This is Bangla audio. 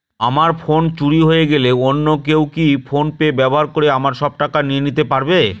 আমার ফোন চুরি হয়ে গেলে অন্য কেউ কি ফোন পে ব্যবহার করে আমার সব টাকা নিয়ে নিতে পারবে?